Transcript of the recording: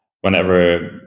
whenever